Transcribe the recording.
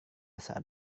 saat